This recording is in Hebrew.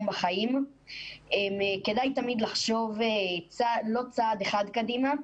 בחיים כדאי תמיד לחשוב לא צעד אחד קדימה,